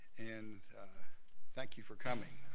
and thank you for coming.